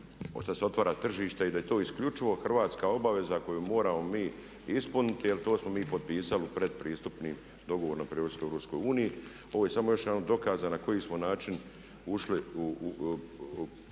pošto se otvara tržište i da je to isključivo hrvatska obaveza koju moramo mi ispuniti jer to smo mi potpisali u pred pristupnim, dogovoru pri ulasku u EU. Ovo je samo još jedan od dokaza na koji smo način ušli, nespremno